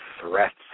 threats